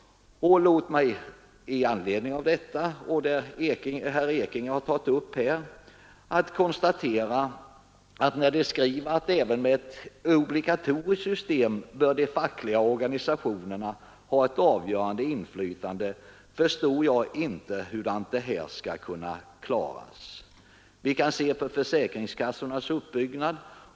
Låt mig i anledning av detta och av det som herr Ekinge har berört bara säga att när TCO skriver att även med ett obligatoriskt system bör de fackliga organisationerna ha ett avgörande inflytande, så förstår jag inte hur detta skall kunna klaras. Vi kan se på försäkringskassornas uppbyggnad.